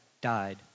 died